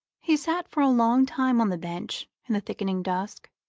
he sat for a long time on the bench in the thickening dusk,